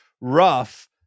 rough